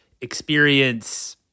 experience